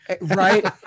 Right